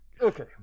Okay